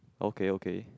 okay okay